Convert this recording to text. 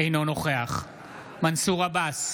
אינו נוכח מנסור עבאס,